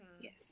Yes